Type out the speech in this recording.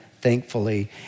thankfully